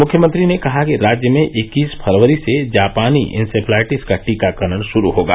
मुख्यमंत्री ने कहा कि राज्य में इक्कीस फरवरी से जापानी इंसेफेलाइटिस का टीकाकरण शुरू होगा